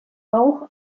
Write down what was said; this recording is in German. auch